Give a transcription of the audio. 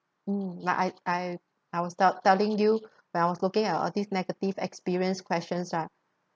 mm like I I I will stop telling you when I was looking at all these negative experience questions lah